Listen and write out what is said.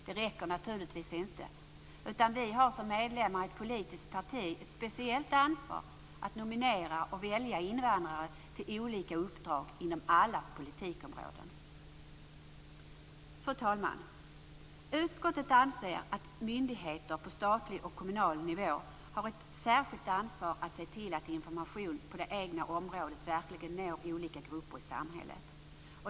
Det räcker naturligtvis inte, utan vi har som medlemmar i ett politiskt parti ett speciellt ansvar att nominera och välja invandrare till olika uppdrag inom alla politikområden. Fru talman! Utskottet anser att myndigheter på statlig och kommunal nivå har ett särskilt ansvar att se till att information på det egna området verkligen når olika grupper i samhället.